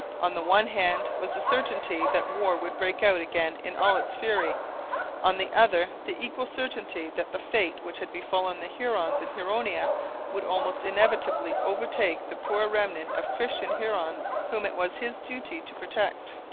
on the one hand was the certainty that war would break out again in all its fury on the other the equal certainty that the fate which had befallen the hurons in huronia would almost inevitably overtake the poor remnant of christian hurons whom it was his duty to protect.